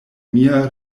mia